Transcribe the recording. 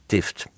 Tift